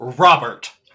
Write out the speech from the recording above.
Robert